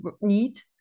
need